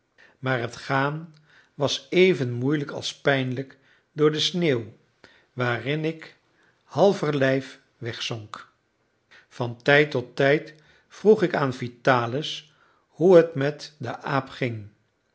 maar het gaan was even moeilijk als pijnlijk door de sneeuw waarin ik halverlijf wegzonk van tijd tot tijd vroeg ik aan vitalis hoe het met den aap ging